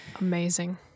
Amazing